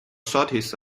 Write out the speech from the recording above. shortest